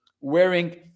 wearing